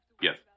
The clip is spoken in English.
Yes